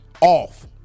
off